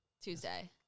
Tuesday